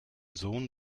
sohn